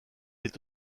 est